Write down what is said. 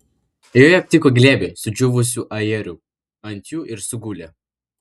joje aptiko glėbį sudžiūvusių ajerų ant jų ir sugulė